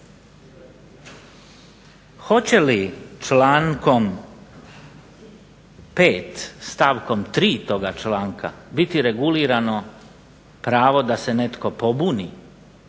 Hoće li člankom 5. stavkom 3. toga članka biti regulirano pravo da se netko pobuni